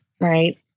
right